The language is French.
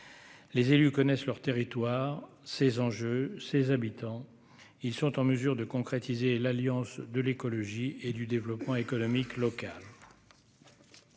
les élus connaissent leur territoire, ses enjeux, ses habitants, ils sont en mesure de concrétiser l'alliance de l'écologie et du développement économique local.